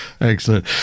excellent